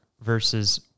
versus